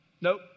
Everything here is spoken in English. Nope